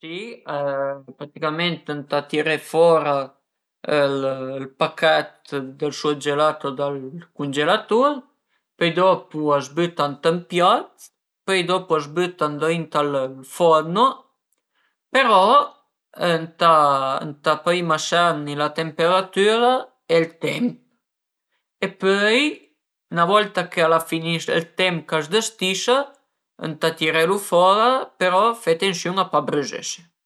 Si praticament ëntà tiré fora ël pachèt dël surgelato dal cungelatur, pöi dopu a së büta ënt ël piat, pöi dopu a së büta ëndrinta al forno, però ëntàëntà prima serni la temperatüra e ël temp e pöi 'na volta ch'al a fini ël temp chë a së distisa ëntà tirelu fora, però fe tensiun a pa brüzese